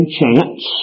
chance